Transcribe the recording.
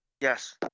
Yes